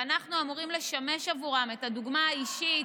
אנחנו אמורים לשמש עבורם דוגמה אישית.